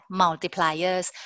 multipliers